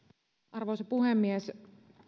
arvoisa puhemies